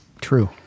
True